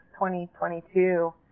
2022